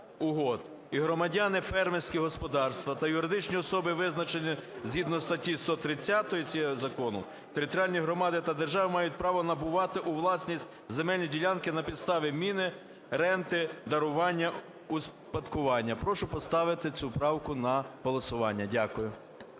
І громадяни, фермерські господарства та юридичні особи визначені згідно статті 130 цього Закону, територіальні громади та держава мають право набувати у власність земельні ділянки на підставі міни, ренти, дарування, успадкування". Прошу поставити цю правку на голосування. Дякую.